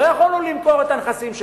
לא יכולנו למכור את הנכסים שלנו,